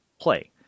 play